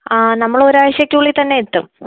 ആ നമ്മൾ ഒരു ആ ഴ്ചക്ക് ഉള്ളിൽ തന്നെ എത്തും